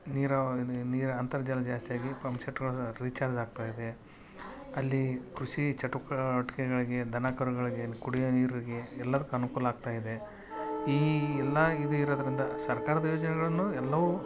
ನೀರಾವರಿ ನೀರು ಅಂತರ್ಜಲ ಜಾಸ್ತಿ ಆಗಿ ಪಂಪ್ ಸೆಟ್ಗಳು ರಿಚಾರ್ಜ್ ಆಗ್ತಾ ಇದೆ ಅಲ್ಲಿ ಕೃಷಿ ಚಟುಕವಟಿಕೆಗಳಿಗೆ ದನ ಕರುಗಳಿಗೇನು ಕುಡಿಯುವ ನೀರಿಗೆ ಎಲ್ಲದಕ್ಕು ಅನುಕೂಲ ಆಗ್ತಾಯಿದೆ ಈ ಎಲ್ಲ ಇದು ಇರೋದ್ರಿಂದ ಸರ್ಕಾರದ ಯೋಜನೆಗಳನ್ನು ಎಲ್ಲವು